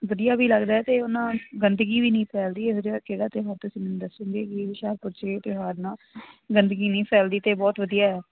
ਵਧੀਆ ਵੀ ਲੱਗਦਾ ਅਤੇ ਉਹ ਨਾਲ ਗੰਦਗੀ ਵੀ ਨਹੀਂ ਫੈਲਦੀ ਇਹੋ ਜਿਹਾ ਕਿਹੜਾ ਤਿਉਹਾਰ ਤੁਸੀਂ ਮੈਨੂੰ ਦੱਸੋਗੇ ਵੀ ਹੁਸ਼ਿਆਰਪੁਰ 'ਚ ਇਹ ਤਿੁੳਹਾਰ ਨਾਲ ਗੰਦਗੀ ਨਹੀਂ ਫੈਲਦੀ ਅਤੇ ਬਹੁਤ ਵਧੀਆ ਹੈ